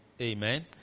Amen